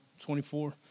24